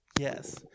Yes